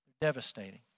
Devastating